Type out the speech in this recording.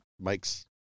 Mike's